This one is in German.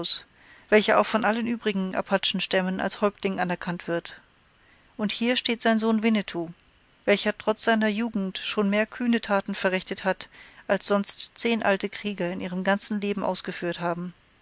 welcher auch von allen übrigen apachenstämmen als häuptling anerkannt wird und hier steht sein sohn winnetou welcher trotz seiner jugend schon mehr kühne taten verrichtet hat als sonst zehn alte krieger in ihrem ganzen leben ausgeführt haben